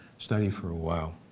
study for a while.